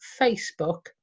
Facebook